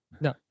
No